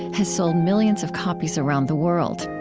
has sold millions of copies around the world.